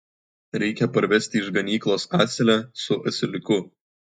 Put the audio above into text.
reikia parvesti iš ganyklos asilę su asiliuku